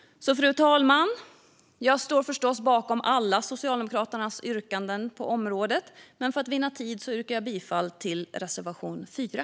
Fru talman! Jag står förstås bakom alla Socialdemokraternas yrkanden på området. Men för att vinna tid yrkar jag bifall till reservation 4.